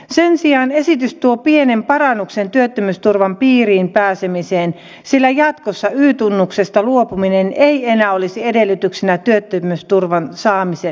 sen sijaan esitys tuo pienen parannuksen työttömyysturvan piiriin pääsemiseen sillä jatkossa y tunnuksesta luopuminen ei enää olisi edellytyksenä työttömyysturvan saamiselle